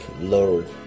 Lord